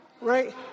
Right